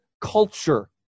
culture